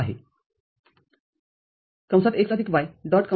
x y